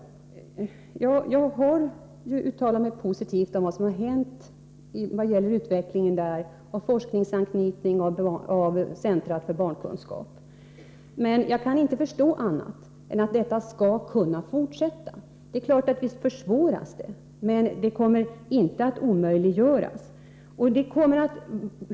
Jag har uttalat mig positivt om den utveckling som har ägt rum i Uppsala och då framhållit forskningsanknytningen och centrum för barnkunskap. Jag kan inte förstå annat än att denna utveckling skall kunna fortsätta. Det är klart att den försvåras, men den kommer inte att omöjliggöras.